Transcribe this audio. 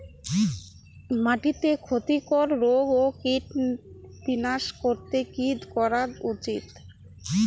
মাটিতে ক্ষতি কর রোগ ও কীট বিনাশ করতে কি করা উচিৎ?